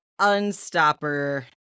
unstopper